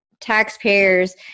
taxpayers